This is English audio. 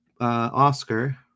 Oscar